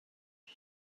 yes